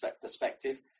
perspective